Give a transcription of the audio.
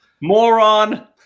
Moron